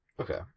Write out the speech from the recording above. Okay